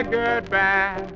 goodbye